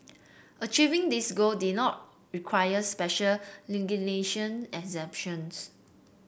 achieving these goal do not require special legislation exemptions